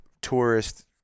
tourist